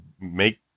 make